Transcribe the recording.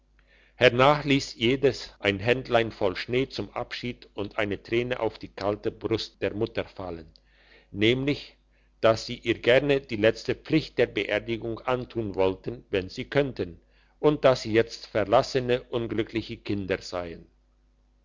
hernach liess jedes ein händlein voll schnee zum abschied und eine träne auf die kalte brust der mutter fallen nämlich dass sie ihr gerne die letzte pflicht der beerdigung antun wollten wenn sie könnten und dass sie jetzt verlassene unglückliche kinder seien